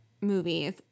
movies